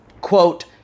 quote